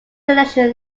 election